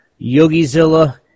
Yogizilla